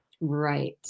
right